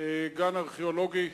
גן ארכיאולוגי.